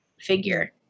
figure